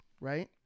right